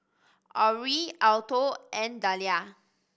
Orie Alto and Dalia